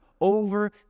Over